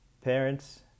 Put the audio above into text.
parents